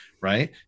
right